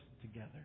together